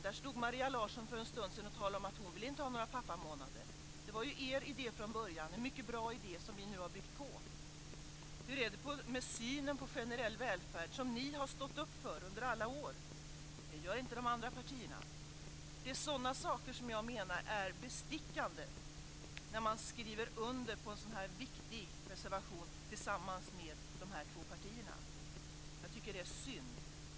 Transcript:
Maria Larsson stod här för en stund sedan och talade om att hon inte vill ha några pappamånader. Det var ju er idé från början, en mycket bra idé som vi nu har byggt på. Hur är det med synen på generell välfärd, som ni har stått upp för under alla år? Det gör inte de andra partierna. Det är sådana saker som jag menar är bestickande när ni skriver under en så här viktig reservation tillsammans med de här två partierna. Jag tycker att det är synd.